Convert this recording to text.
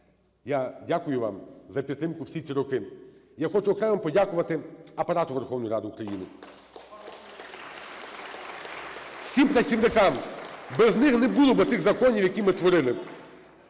Я дякую вам за підтримку всі ці роки. Я хочу окремо подякувати Апарату Верховної Ради України, всім працівникам. Без них не було б отих законів, які ми творили.